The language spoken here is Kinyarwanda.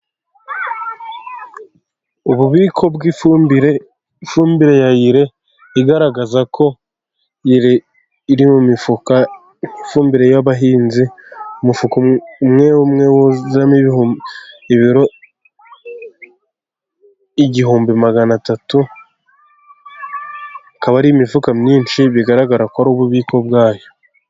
Ububiko bw' ifumbire, ifumbire ya ire, igaragaza ko iri mu mifuka, ifumbire y'abahinzi, umufuka umwe umwe wuzuyemo ibiro igihumbi magana atatu, akaba ari imifuka myinshi bigaragara ko ari ububiko bwayo.